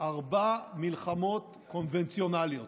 ארבע מלחמות קונבנציונליות.